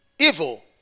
Evil